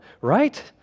Right